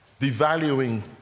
devaluing